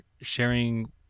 sharing